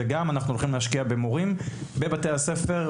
וגם אנחנו הולכים להשקיע במורים בבתי הספר,